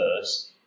first